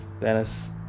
Dennis